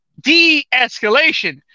de-escalation